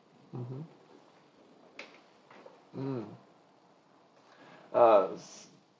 mmhmm mm uh